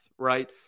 Right